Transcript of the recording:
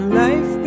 life